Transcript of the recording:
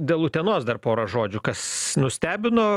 dėl utenos dar porą žodžių kas nustebino